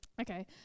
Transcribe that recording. okay